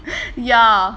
ya